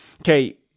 okay